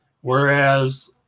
Whereas